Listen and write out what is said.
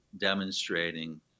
demonstrating